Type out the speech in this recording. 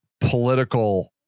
political